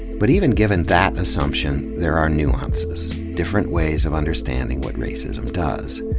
but even given that assumption, there are nuances, different ways of understanding what racism does.